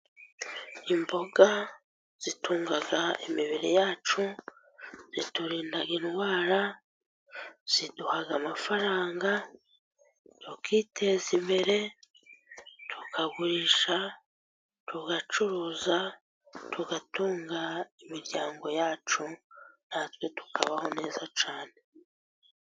Imboga zitunga imibiri yacu, ziturinda indwara, ziduha amafaranga tukiteza imbere, tukagurisha, tugacuruza, tugatunga imiryango yacu, natwe tukabaho neza cyane.